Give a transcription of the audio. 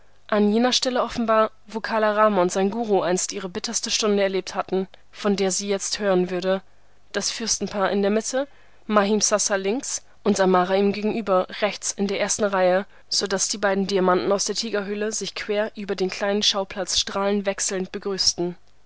an jener stelle offenbar wo kala rama und sein guru einst ihre bitterste stunde erlebt hatten von der sie jetzt hören würde das fürstenpaar in der mitte mahimsasa links und amara ihm gegenüber rechts in der ersten reihe so daß die beiden diamanten aus der tigerhöhle sich quer über den kleinen schauplatz strahlenwechselnd begrüßten